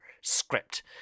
script